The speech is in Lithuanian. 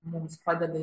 mums padeda